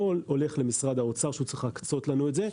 הולך למשרד האוצר שצריך להקצות לנו את זה,